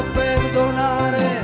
perdonare